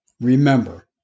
Remember